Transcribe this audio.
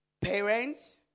parents